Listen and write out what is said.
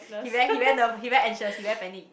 he very he very nervous he very anxious he never panic